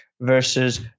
versus